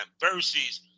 versus